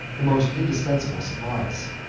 the most indispensable supplies.